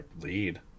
lead